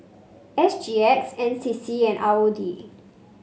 S G X N C C and R O D